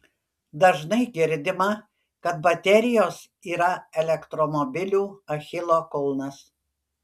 dažnai girdima kad baterijos yra elektromobilių achilo kulnas